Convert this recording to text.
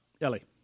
Ellie